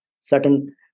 certain